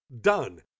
done